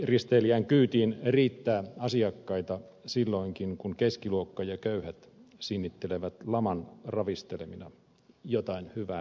loistoristeilijän kyytiin riittää asiakkaita silloinkin kun keskiluokka ja köyhät sinnittelevät laman ravistelemina jotain hyvää siinäkin